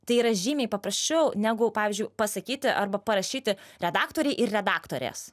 tai yra žymiai paprasčiau negu pavyzdžiui pasakyti arba parašyti redaktoriai ir redaktorės